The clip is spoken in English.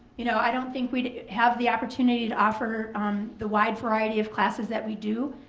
you know i don't think we'd have the opportunity to offer the wide variety of classes that we do.